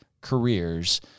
careers